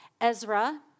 Ezra